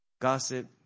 Gossip